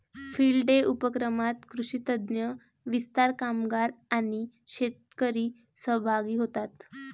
field day उपक्रमात कृषी तज्ञ, विस्तार कामगार आणि शेतकरी सहभागी होतात